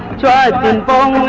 jasmine ball